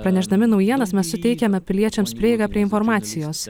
pranešdami naujienas mes suteikiame piliečiams prieigą prie informacijos